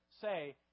say